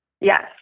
yes